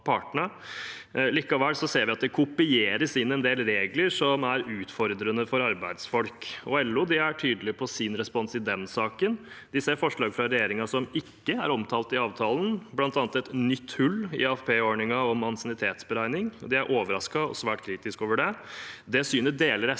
Likevel ser vi at det kopieres inn en del regler som er utfordrende for arbeidsfolk. LO er tydelig i sin respons i den saken. De ser forslag fra regjeringen som ikke er omtalt i avtalen, bl.a. et nytt hull i AFP-ordningen om ansiennitetsberegning. De er overrasket over det og svært kritiske. Det synet deler SV, og